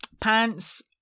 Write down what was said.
pants